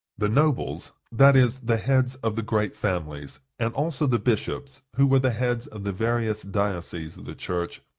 the nobles, that is, the heads of the great families, and also the bishops, who were the heads of the various dioceses of the church,